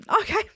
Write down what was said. Okay